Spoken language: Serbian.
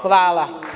Hvala.